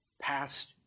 past